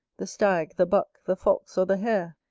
the stag, the buck, the fox, or the hare?